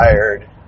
tired